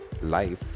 life